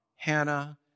Hannah